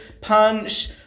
punch